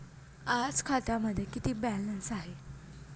आज खात्यामध्ये किती बॅलन्स आहे?